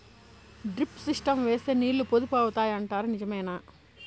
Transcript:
Drip system వేస్తే నీళ్లు పొదుపు అవుతాయి అంటారు నిజమేనా?